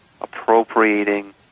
appropriating